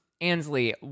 Ansley